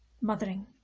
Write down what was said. mothering